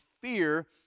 fear